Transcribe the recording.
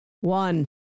One